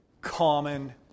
common